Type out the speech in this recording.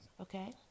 okay